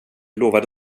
lovade